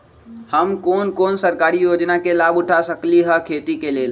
हम कोन कोन सरकारी योजना के लाभ उठा सकली ह खेती के लेल?